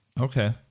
Okay